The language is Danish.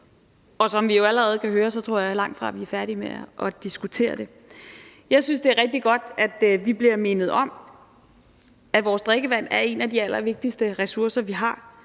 Og som vi jo allerede kan høre, tror jeg langtfra, at vi er færdige med at diskutere det. Jeg synes, det er rigtig godt, at vi bliver mindet om, at vores drikkevand er en af de allervigtigste ressourcer, vi har,